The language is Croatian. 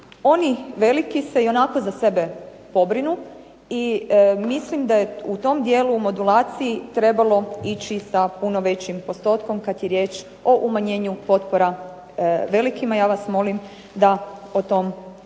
Oni veliki se ionako za sebe pobrinu i mislim da je u tom dijelu u modulaciji trebalo ići sa puno većim postotkom kad je riječ o umanjenju potpora velikima. Ja vas molim da o tom razmislite.